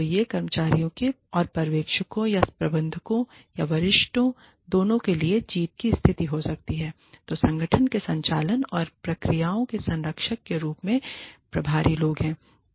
तो यह कर्मचारियों और पर्यवेक्षकों या प्रबंधकों या वरिष्ठों दोनों के लिए जीत की स्थिति हो सकती है जो संगठन के संचालन और प्रक्रियाओं के संरक्षक के रूप में प्रभारी लोग हैं